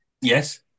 Yes